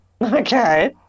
Okay